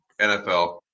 NFL